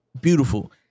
beautiful